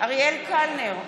אריאל קלנר,